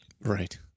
Right